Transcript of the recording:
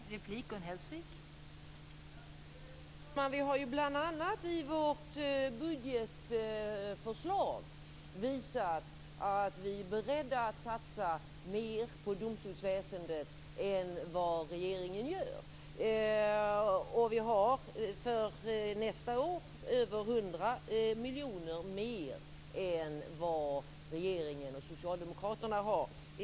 Fru talman! Vi har ju bl.a. i vårt budgetförslag visat att vi är beredda att satsa mer på domstolsväsendet än vad regeringen gör. Vi har för nästa år över 100 miljoner mer än vad regeringen och socialdemokraterna har.